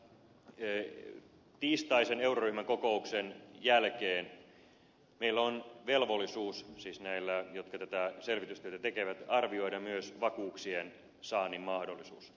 mutta tiistaisen euroryhmän kokouksen jälkeen näillä jotka tätä selvitystyötä tekevät on velvollisuus arvioida myös vakuuksien saannin mahdollisuus